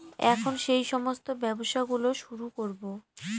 এখন সেই সমস্ত ব্যবসা গুলো শুরু করবো